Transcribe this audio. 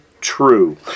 true